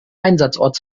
einsatzort